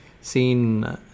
seen